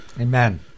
Amen